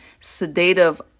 sedative